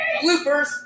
Bloopers